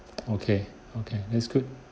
okay okay that's good